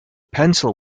pencil